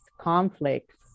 conflicts